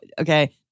okay